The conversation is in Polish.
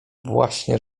właśnie